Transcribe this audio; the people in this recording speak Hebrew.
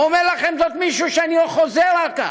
ואומר לכם זאת מישהו, אני חוזר על כך,